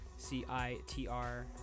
CITR